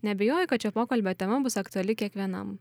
neabejoju kad šio pokalbio tema bus aktuali kiekvienam